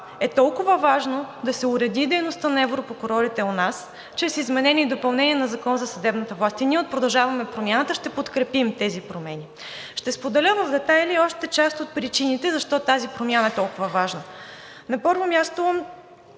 е толкова важно да се уреди дейността на европрокурорите у нас чрез изменение и допълнение на Закона за съдебната власт и ние от „Продължаваме Промяната“ ще подкрепим тези промени. Ще споделя в детайли още част от причините защо тази промяна е толкова важна. На първо място,